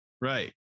Right